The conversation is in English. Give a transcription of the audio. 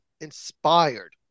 inspired